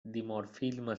dimorfisme